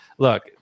Look